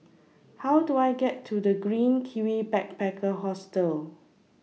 How Do I get to The Green Kiwi Backpacker Hostel